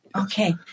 okay